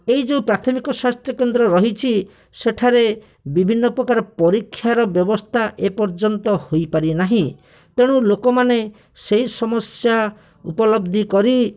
ଏଇ ଯେଉଁ ପ୍ରାଥମିକ ସ୍ୱାସ୍ଥ୍ୟକେନ୍ଦ୍ର ରହିଛି ସେଠାରେ ବିଭିନ୍ନପ୍ରକାର ପରୀକ୍ଷାର ବ୍ୟବସ୍ଥା ଏପର୍ଯ୍ୟନ୍ତ ହୋଇପାରି ନାହିଁ ତେଣୁ ଲୋକମାନେ ସେହି ସମସ୍ୟା ଉପଲବ୍ଧି କରି